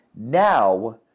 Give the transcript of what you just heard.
Now